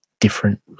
different